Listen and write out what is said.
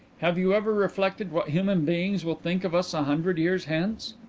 have you ever reflected what human beings will think of us a hundred years hence?